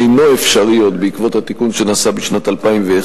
אינו אפשרי עוד בעקבות התיקון שנעשה בשנת 2001,